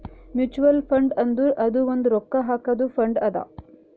mutual fund ಅಂದುರ್ ಅದು ಒಂದ್ ರೊಕ್ಕಾ ಹಾಕಾದು ಫಂಡ್ ಅದಾ